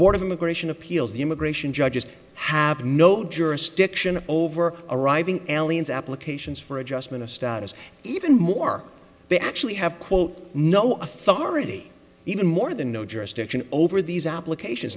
board of immigration appeals the immigration judges have no jurisdiction over arriving aliens applications for adjustment of status even more they actually have quote no authority even more than no jurisdiction over these applications